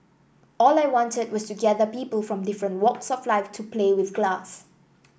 all I wanted was to gather people from different walks of life to play with glass